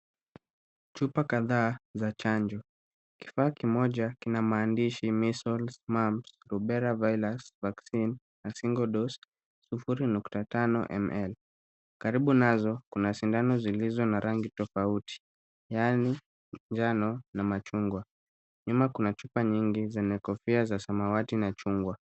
Chupa kadhaa za chanjo. Kifaa kimoja kina maandishi, Measles Mumps Rubella Virus Vaccine single dose 0.5ml . Karibu nazo kuna sindano zilizo na rangi tofauti, yani njano na machungwa. Nyuma kuna chupa nyingi zenye kofia za samawati na chungwa.